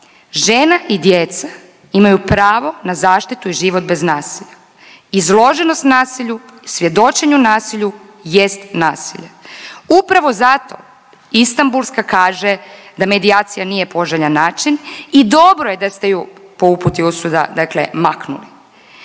žene i djeca imaju pravo na zaštitu i život bez nasilja. Izloženost nasilju i svjedočenju nasilju jest nasilje. Upravo zato Istanbulska kaže da medijacija nije poželjan način i dobro je da ste ju po uputi …/Govornica